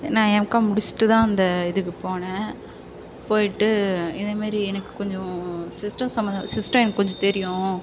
நான் எம்காம் முடிச்சிட்டு தான் அந்த இதுக்குப் போனேன் போய்ட்டு இதேமாரி எனக்கு கொஞ்சம் சிஸ்டம் சம்மந்த சிஸ்டம் எனக்கு கொஞ்சம் தெரியும்